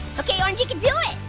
okay orange you can do it.